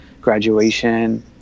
graduation